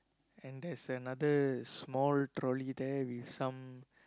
and there's another small trolley there with some